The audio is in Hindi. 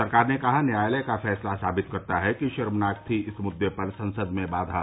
सरकार ने कहा न्यायालय का फैसला साबित करता है कि शर्मनाक थी इस मुद्दे पर संसद में बाधा